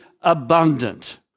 abundant